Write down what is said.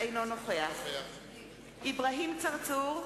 אינו נוכח אברהים צרצור,